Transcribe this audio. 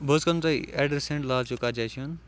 بہٕ حٕظ کَرَو تۄہہِ ایٚڈرَس سیٚنٛڈ لال چوک کَتھ جایہِ چھُ یُن